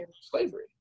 slavery